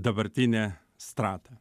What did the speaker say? dabartinę stratą